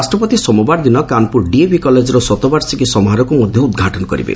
ରାଷ୍ଟ୍ରପତି ସୋମବାର ଦିନ କାନପୁର ଡିଏଭି କଲେଜ୍ର ଶତବାର୍ଷିକୀ ସମାରୋହକୁ ମଧ୍ୟ ଉଦ୍ଘାଟନ କରିବେ